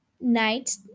night